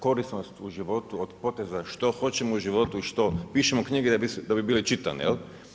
Korisnost u životu od poteza što hoćemo u životu i što pišemo knjige da bi bile čitane.